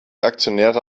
aktionäre